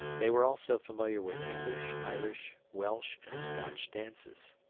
they were also familiar with english, irish, welsh, and scotch dances.